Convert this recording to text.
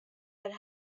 had